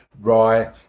rye